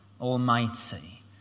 almighty